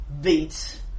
beats